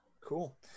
Cool